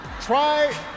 try